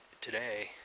today